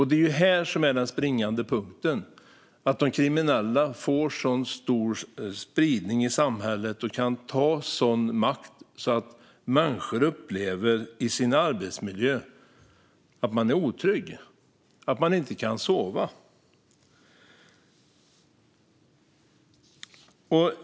Det är detta som är den springande punkten: att de kriminella får en så stor spridning i samhället och kan ta sig en sådan makt att människor upplever att de är otrygga i sin arbetsmiljö, att de inte kan sova.